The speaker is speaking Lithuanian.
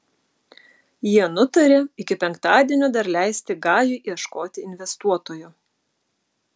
jie nutarė iki penktadienio dar leisti gajui ieškoti investuotojo